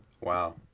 Wow